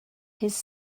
his